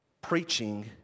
Preaching